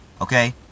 okay